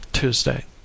Tuesday